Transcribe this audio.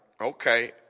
okay